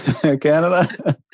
Canada